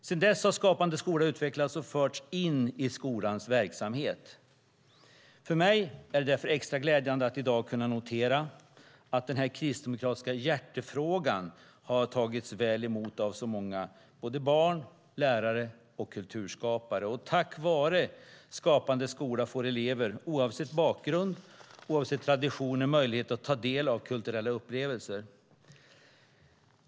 Sedan dess har Skapande skola utvecklats och förts in i skolans verksamhet. För mig är det därför extra glädjande att i dag kunna notera att denna kristdemokratiska hjärtefråga har tagits väl emot av såväl barn och lärare som kulturskapare. Tack vare Skapande skola får elever, oavsett bakgrund och traditioner, möjlighet att ta del av kulturella upplevelser.